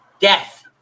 death